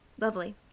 Lovely